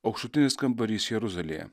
aukštutinis kambarys jeruzalėje